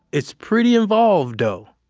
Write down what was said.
it's pretty involved, though.